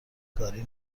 گاری